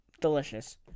delicious